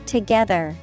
Together